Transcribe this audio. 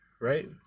right